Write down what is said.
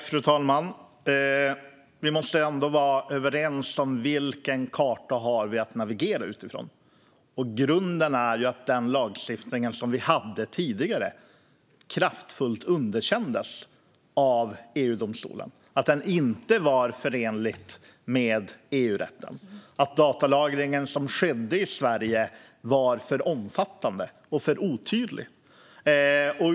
Fru talman! Vi måste ändå vara överens om vilken karta vi har att navigera utifrån. Grunden är att den lagstiftning vi hade tidigare kraftfullt underkändes av EU-domstolen. Den var inte förenlig med EU-rätten. Datalagringen som skedde i Sverige var för omfattande och för otydlig.